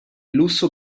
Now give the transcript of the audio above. lusso